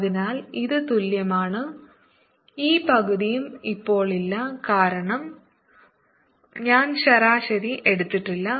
അതിനാൽ ഇത് തുല്യമാണ് ഈ പകുതിയും ഇപ്പോൾ ഇല്ല കാരണം ഞാൻ ശരാശരി എടുത്തിട്ടില്ല